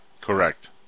Correct